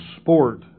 sport